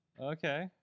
Okay